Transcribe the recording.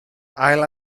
ail